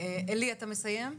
עלי, אתה מסיים?